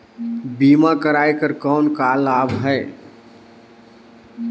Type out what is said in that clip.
बीमा कराय कर कौन का लाभ है?